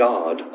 God